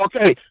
Okay